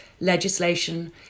legislation